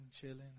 chilling